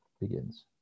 begins